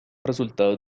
resultados